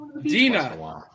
Dina